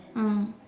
mm